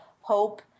hope